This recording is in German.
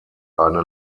eine